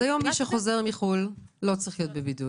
אז היום מי שחוזר לא צריך להיות בבידוד.